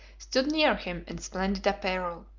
stood near him in splendid apparel,